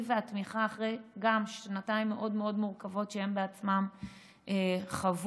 והתמיכה אחרי שנתיים מאוד מאוד מורכבות שהם בעצמם חוו,